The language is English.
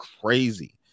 crazy